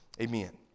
Amen